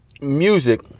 music